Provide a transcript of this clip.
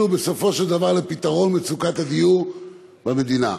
בסופו של דבר לפתרון מצוקת הדיור במדינה.